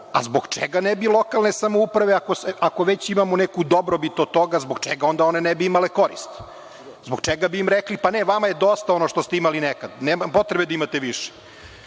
zbog čega ne bi lokalne samouprave, ako već imamo neku dobrobit od toga, zbog čega onda one ne bi imale korist? Zbog čega bi im rekli – pa ne, vama je dosta ono što ste imali nekad, nema potrebe da imate više?